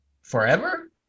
forever